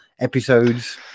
episodes